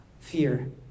fear